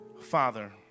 Father